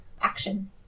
action